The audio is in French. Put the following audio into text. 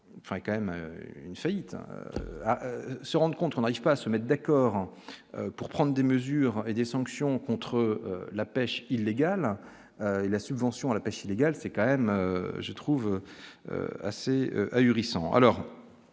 enfin quand même une faillite à se rendent compte qu'on n'arrive pas à se mettent d'accord pour prendre des mesures et des sanctions contre la pêche illégale la subvention à la pêche illégale, c'est quand même, je trouve assez à Uri sont